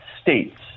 States